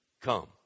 come